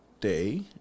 day